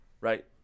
right